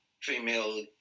female